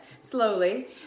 slowly